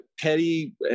Petty